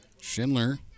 Schindler